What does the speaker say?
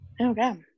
Okay